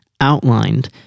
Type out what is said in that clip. outlined